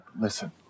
listen